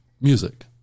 music